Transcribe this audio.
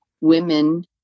women